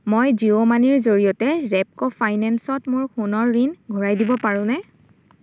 মই জিঅ' মানিৰ জৰিয়তে ৰেপ্ক' ফাইনেন্সত মোৰ সোণৰ ঋণ ঘূৰাই দিব পাৰোনে